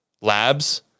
Labs